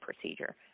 procedure